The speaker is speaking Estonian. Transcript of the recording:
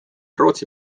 rootsi